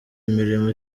imirimo